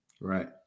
Right